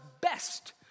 best